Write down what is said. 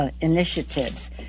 initiatives